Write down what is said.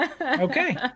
Okay